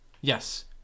Yes